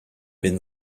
been